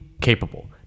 capable